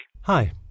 Hi